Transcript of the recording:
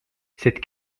cette